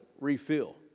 refill